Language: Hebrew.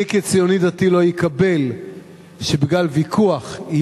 אני כציוני דתי לא אקבל שבגלל ויכוח,